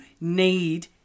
need